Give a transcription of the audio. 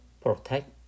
protect